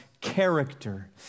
character